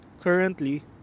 Currently